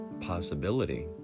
possibility